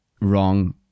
wrong